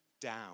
down